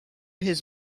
his